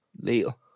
Leo